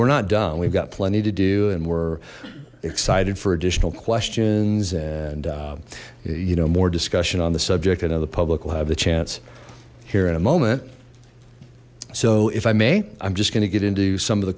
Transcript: we're not done we've got plenty to do and we're excited for additional questions and you know more discussion on the subject i know the public will have the chance here in a moment so if i may i'm just going to get into some of the